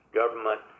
government